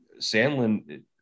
sandlin